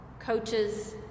coaches